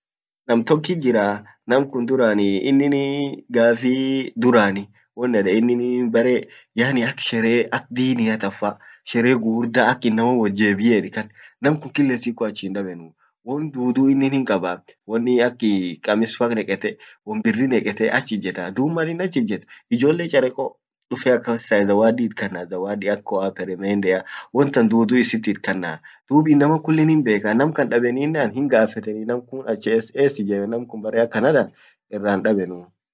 nam tokkit jiraa namkun duraan innin gaaf durani won eden yaani bare ak shere ak diinia tan fa shere gugurda fa ak innaman wot jeebie ed kan nam kun killa siku achi hindabenuu won duudu inni hinkabaawonni ak kamisaa fa neketee won birri fa nekete ach ijjetaa duub malin ach ijjet ijoolle chareko dufe akkan zawaddi itkanna zawadi ak koa peremendea wontan duudu itkanna duub innaman kullihimbeekaa nam kan dabeninnaan hingaafetenii namkuun ach ees ees ijeemee namkuun bare akkana tan irran dabenuu